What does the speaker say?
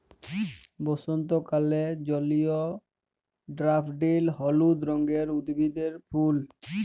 বসন্তকালে জল্ময় ড্যাফডিল হলুদ রঙের উদ্ভিদের ফুল